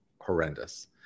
horrendous